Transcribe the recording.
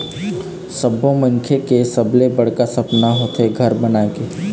सब्बो मनखे के सबले बड़का सपना होथे घर बनाए के